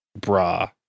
bra